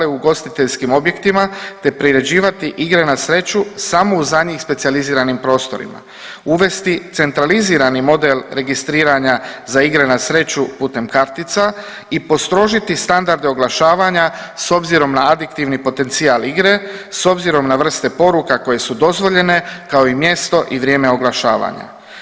ugostiteljskim objektima te priređivati igre na sreću samo u za njih specijaliziranim prostorima, uvesti centralizirani model registriranja za igre na sreću putem kartica i postrožiti standarde oglašavanja s obzirom na adiktivni potencijal igre, s obzirom na vrste poruka koje su dozvoljene kao mjesto i vrijeme oglašavanja.